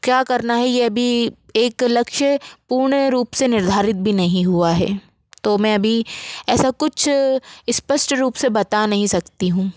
क्या करना है ये अभी एक लक्ष्य पूर्णरूप से निर्धारित भी नहीं हुआ है तो मैं अभी ऐसा कुछ स्पष्ट रूप से बता नहीं सकती हूँ